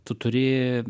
tu turi